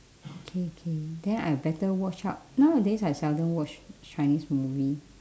okay okay then I better watch out nowadays I seldom watch chinese movie